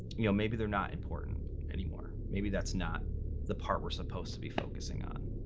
you know, maybe they're not important anymore. maybe that's not the part we're supposed to be focusing on.